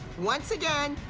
once again,